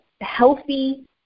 healthy